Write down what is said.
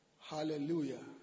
Hallelujah